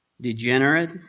degenerate